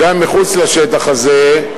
וגם מחוץ לשטח הזה,